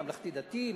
ממלכתי-דתי,